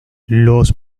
los